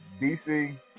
DC